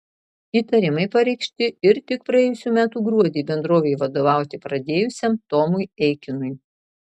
įtarimai pareikšti ir tik praėjusių metų gruodį bendrovei vadovauti pradėjusiam tomui eikinui